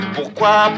Pourquoi